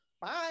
Bye